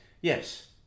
Yes